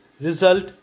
result